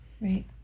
right